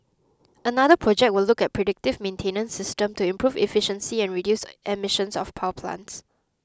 another project will look at a predictive maintenance system to improve efficiency and reduce emissions of power plants